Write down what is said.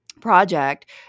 project